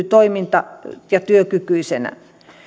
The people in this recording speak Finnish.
toiminta ja työkykyisenä